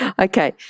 Okay